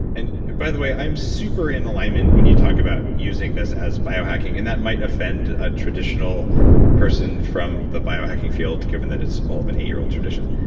and by the way, i'm super in alignment when you talk about using this as biohacking and that might offend a traditional person from the biohacking field, given that it's all of an eight year old tradition,